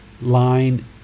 line